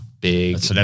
big